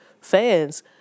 fans